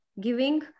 giving